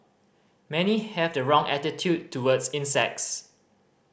many have the wrong attitude towards insects